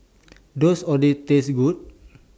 Does Oden Taste Good